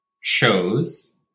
shows